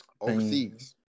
Overseas